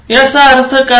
याचा अर्थ काय